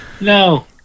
No